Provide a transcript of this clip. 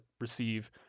receive